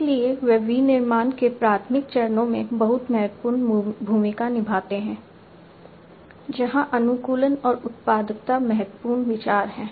इसलिए वे विनिर्माण के प्राथमिक चरणों में बहुत महत्वपूर्ण भूमिका निभाते हैं जहां अनुकूलन और उत्पादकता महत्वपूर्ण विचार हैं